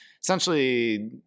essentially